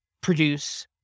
produce